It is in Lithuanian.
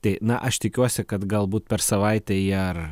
tai na aš tikiuosi kad galbūt per savaitę jie ar